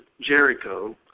Jericho